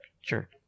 Sure